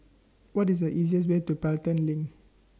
What IS The easiest Way to Pelton LINK